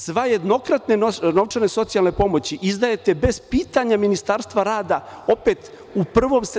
Sve jednokratne socijalne pomoći izdajete bez pitanja Ministarstva rada opet u prvom stepenu.